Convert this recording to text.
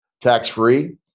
tax-free